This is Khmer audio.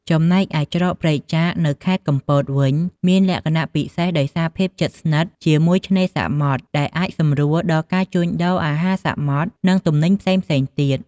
ចំណែកឯ ច្រកព្រែកចាក នៅខេត្តកំពតវិញ មានលក្ខណៈពិសេសដោយសារភាពជិតស្និទ្ធជាមួយឆ្នេរសមុទ្រ ដែលអាចសម្រួលដល់ការជួញដូរអាហារសមុទ្រ និងទំនិញផ្សេងៗទៀត។